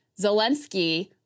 Zelensky